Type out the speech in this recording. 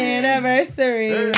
Anniversary